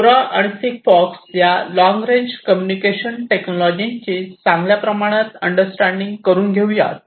LoRa आणि Sigfox या long range communication टेक्नॉलॉजीची चांगल्या प्रमाणात अंडरस्टँडिंग करून घेऊ यात